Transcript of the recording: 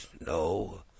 No